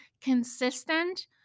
consistent